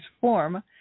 form